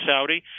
Saudi